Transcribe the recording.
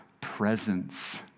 presence